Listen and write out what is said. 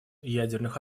ядерных